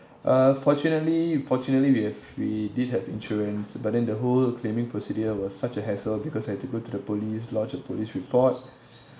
uh fortunately fortunately we have we did have insurance but then the whole claiming procedure was such a hassle because I had to go to the police lodge a police report